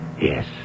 Yes